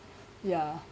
ya